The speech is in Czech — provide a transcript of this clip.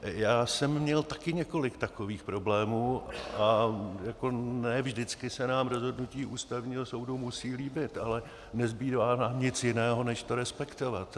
Já jsem měl také několik takových problémů a ne vždycky se nám rozhodnutí Ústavního soudu musí líbit, ale nezbývá nám nic jiného, než to respektovat.